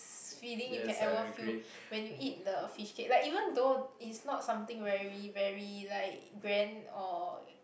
feeling you can ever feel when you eat the fishcake like even though it's not something very very like grand or